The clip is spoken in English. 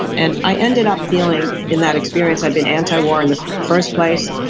and i ended up feeling in that experience i had been anti-war in the first place,